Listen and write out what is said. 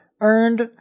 earned